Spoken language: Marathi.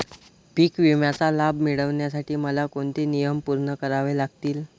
पीक विम्याचा लाभ मिळण्यासाठी मला कोणते नियम पूर्ण करावे लागतील?